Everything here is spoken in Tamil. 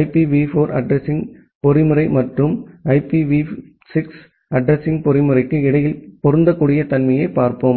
ஐபிவி 4 அட்ரஸிங் பொறிமுறை மற்றும் ஐபிவி 6 அட்ரஸிங் பொறிமுறைக்கு இடையில் பொருந்தக்கூடிய தன்மையைப் பார்ப்போம்